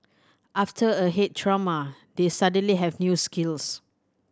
after a head trauma they suddenly have new skills